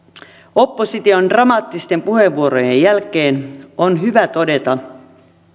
opposition dramaattisten puheenvuorojen jälkeen on hyvä todeta